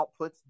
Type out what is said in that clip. outputs